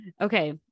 Okay